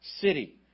city